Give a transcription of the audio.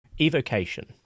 Evocation